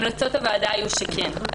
המלצות הוועדה היו שכן,